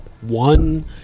one